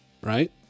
Right